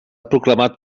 proclamat